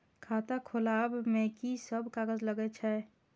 खाता खोलाअब में की सब कागज लगे छै?